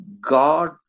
God